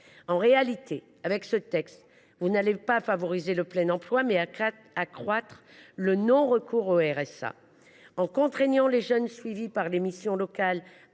En réalité, par ce texte, vous ne favoriserez pas le plein emploi, mais vous accroîtrez le non recours au RSA. En contraignant les jeunes suivis par les missions locales